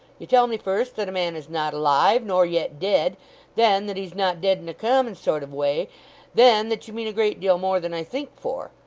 you tell me, first, that a man is not alive, nor yet dead then, that he's not dead in a common sort of way then, that you mean a great deal more than i think for.